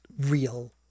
real